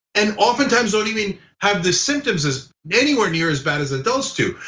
and oftentimes, don't even have the symptoms as anywhere near as bad as adults do.